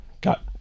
got